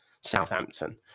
Southampton